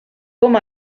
com